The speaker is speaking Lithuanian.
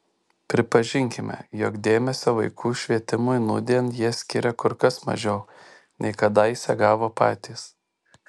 pripažinkime jog dėmesio vaikų švietimui nūdien jie skiria kur kas mažiau nei kadaise gavo patys